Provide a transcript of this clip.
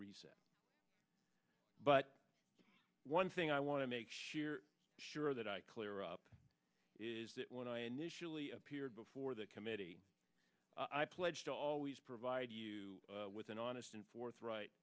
recess but one thing i want to make sure that i clear up is that when i initially appeared before the committee i pledged to always provide you with an honest and forthright